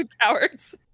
cowards